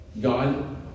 God